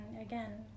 again